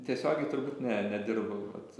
tiesiogiai turbūt ne nedirbau vat